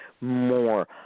more